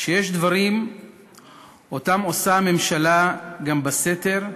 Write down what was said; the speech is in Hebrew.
גם דברים שהממשלה עושה בסתר,